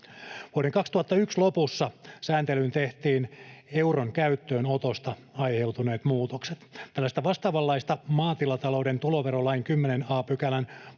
Vuoden 2001 lopussa sääntelyyn tehtiin euron käyttöönotosta aiheutuneet muutokset. Tällaista vastaavanlaista maatilatalouden tuloverolain 10 a §:n